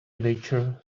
nature